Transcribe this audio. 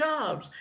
jobs